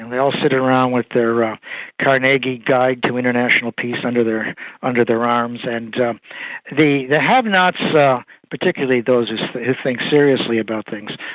and they all sit around with their ah carnegie guide to international peace under their under their arms. and um the the have-nots, so particularly those who think seriously about things,